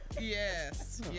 yes